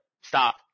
stop